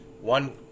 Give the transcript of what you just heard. one